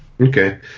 okay